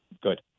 Good